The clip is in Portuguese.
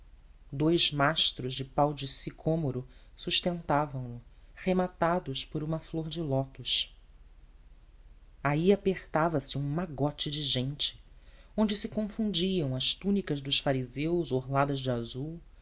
dous mastros de pau de sicômoro sustentavam no rematados por uma flor de lótus aí apertava se um magote de gente onde se confundiam as túnicas dos fariseus orladas de azul